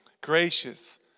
gracious